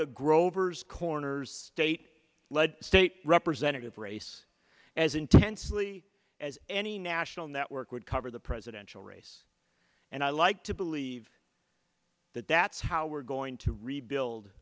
grover's corners state led state representative race as intensely as any national network would cover the presidential race and i like to believe that that's how we're going to rebuild